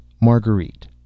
Marguerite